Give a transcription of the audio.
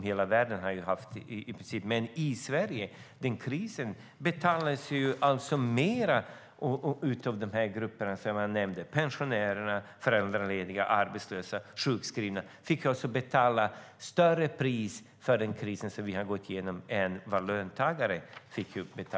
Hela världen har gått igenom en kris, och i Sverige har de grupper jag nämnde - pensionärer, föräldralediga, arbetslösa, sjukskrivna - fått betala ett högre pris för den än löntagarna.